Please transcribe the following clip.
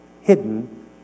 hidden